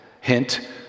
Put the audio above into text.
Hint